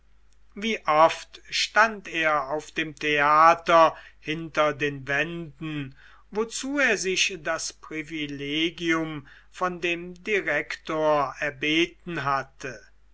wie oft stand er auf dem theater hinter den wänden wozu er sich das privilegium von dem direktor erbeten hatte